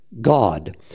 God